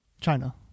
China